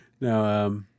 No